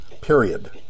period